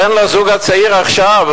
תן לזוג הצעיר עכשיו,